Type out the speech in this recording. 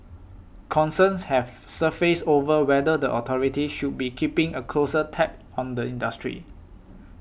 concerns have surfaced over whether the authorities should be keeping a closer tab on the industry